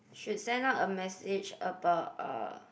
should send out a message about uh